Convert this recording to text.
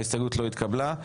ההסתייגות לא התקבלה.